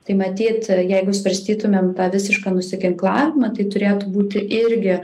tai matyt jeigu svarstytumėm tą visišką nusiginklavimą tai turėtų būti irgi